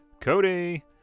Cody